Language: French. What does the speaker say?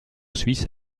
suisse